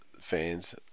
fans